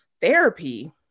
therapy